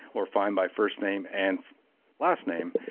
or find by first name and last name.